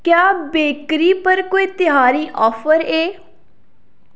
क्या बेकरी पर कोई ध्यारी आफर ऐ